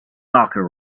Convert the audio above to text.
locker